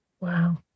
Wow